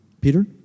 Peter